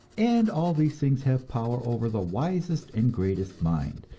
and all these things have power over the wisest and greatest mind,